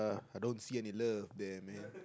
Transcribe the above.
I don't see any love there man